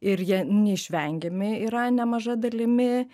ir jie neišvengiami yra nemaža dalimi